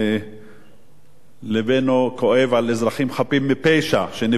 לבנו כואב על אזרחים חפים מפשע שנפגעים,